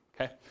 okay